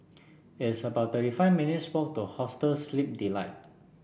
it's about thirty five minutes' walk to Hostel Sleep Delight